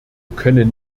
können